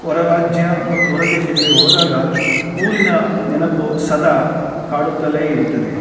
ಹೊರ ರಾಜ್ಯ ಮತ್ತು ಹೊರ ದೇಶಗಳಿಗೆ ಹೋದಾಗ ಊರಿನ ನೆನಪು ಸದಾ ಕಾಡುತ್ತಲೇ ಇರುತ್ತದೆ